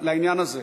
לעניין הזה.